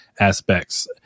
aspects